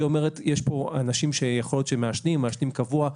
אומרת שיש פה אנשים שיכול להיות שמעשנים קבוע,